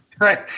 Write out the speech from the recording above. right